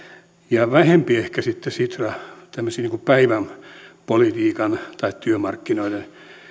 ja toivoisin että ehkä vähempi sitten sitra tämmöisiin päivänpolitiikan tai työmarkkinoiden